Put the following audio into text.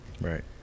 Right